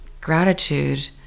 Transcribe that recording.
gratitude